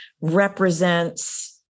represents